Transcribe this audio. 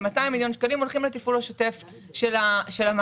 כ-200 מיליון שקלים הולכים לתפעול השוטף של המערך.